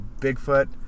Bigfoot